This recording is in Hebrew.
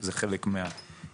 זה חלק מהעסק.